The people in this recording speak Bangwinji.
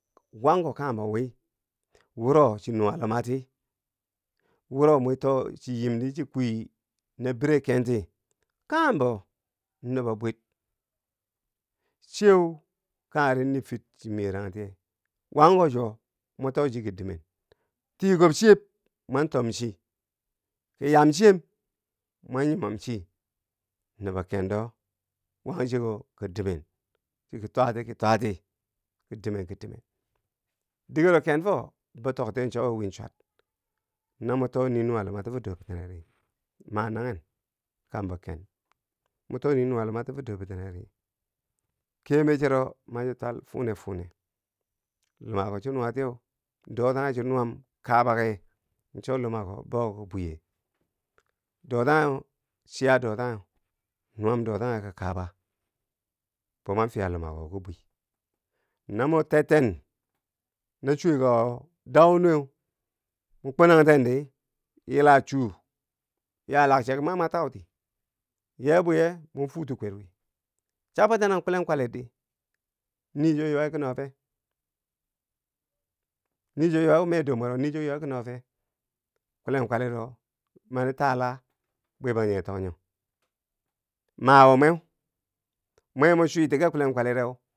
Wanko kanghem bo wi, wuro chi nuwa lumati, wuro mo too chi yim di chi kwii nabire kenti, kanghem bo nubo bwir, chiyeu kangheri nifir chi miye rangitiye, wanko chwo mo too chi ki dimen, tikob chiyeb mwan tom chi ki. kiyam chiyem mwa nyimom chi, nubo kendo wank chiyeko ki dimen ciki twati ki twati, kidimen kidimen. Digero kenfo bo toktiye cho wo win chwat, no mo too nii nuwa lumati fo dorbitineri ma manghen kambo ken, mo too nii nuwa lumati fo dorbitineri kiyemer chero, macho twal fune fune, lumako cho nuwa tiyeu, dotanghe cho nuwam kabake cho lumako bouki bwiye dotangheu chiya dotangheu, nuwam dotangheu ki kaba, bo mwa fiya lumako ki bwi, no mo terten no chwekako dau nuwe, mo kwenangtendi yila chu yalak chek ma mo tauti, yee bwiye mo fuuti kwerwi, cha bwentano kulen kwali di, nii chwoo yowe ki nofe? nii cho yo weu me dor mwero nii cho yo weu ki no fe? kulen kwaliro manitaa laa, bwe bangjinghe tok nyo, ma wo mweu, mwe mo chwiti ka kulen kwalideu.